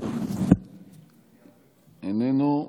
איננו.